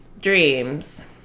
Dreams